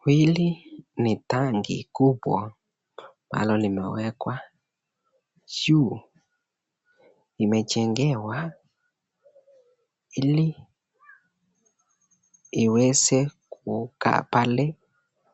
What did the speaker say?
Kweli ni tangi kubwa ambalo limewekwa juu imechengewa hili iweze kukaa pale